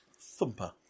Thumper